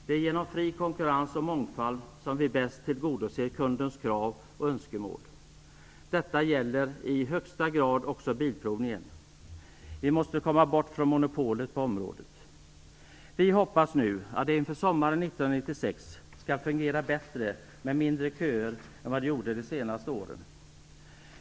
Det är genom fri konkurrens och mångfald som vi bäst tillgodoser kundens krav och önskemål. Detta gäller i högsta grad också bilprovningen. Vi måste komma bort från monopolet på området. Vi hoppas nu att det inför sommaren 1996 skall fungera bättre, med mindre köer, än vad det gjorde de senaste åren. Fru talman!